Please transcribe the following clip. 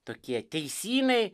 tokie teisynai